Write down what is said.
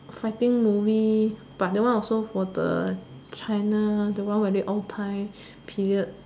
fighting movie but that one also for the China the one where they own Thai period